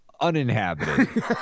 uninhabited